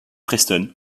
preston